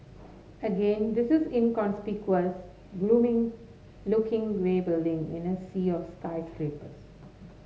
again this is inconspicuous gloomy looking grey building in a sea of skyscrapers